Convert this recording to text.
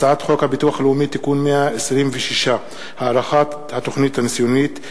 הצעת חוק הביטוח הלאומי (תיקון מס' 126) (הארכת התוכנית הניסיונית),